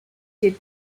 did